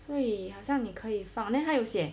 所以好像你可以放 leh 他有写